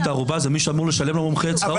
את הערובה זה מי שאמור לשלם למומחה את שכרו.